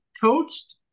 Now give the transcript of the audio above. coached